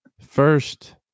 first